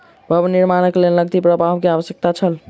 भवन निर्माणक लेल नकदी प्रवाह के आवश्यकता छल